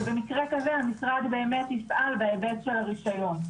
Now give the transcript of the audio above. ובמקרה כזה המשרד באמת יפעל בהיבט של הרישיון.